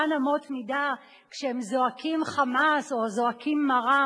אמות מידה כשהם זועקים חמס או זועקים מרה,